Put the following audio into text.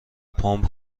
پمپ